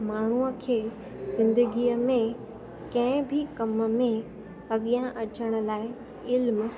माण्हूअ खे ज़िंदगीअ में कंहिं बि कमु में अॻियां अचण लाइ इल्मु